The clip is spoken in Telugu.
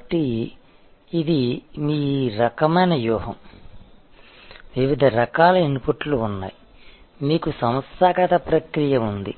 కాబట్టి ఇది మీ రకమైన వ్యూహం వివిధ రకాల ఇన్పుట్లు ఉన్నాయి మీకు సంస్థాగత ప్రక్రియ ఉంది